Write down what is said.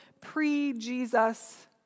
pre-Jesus